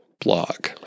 blog